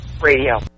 Radio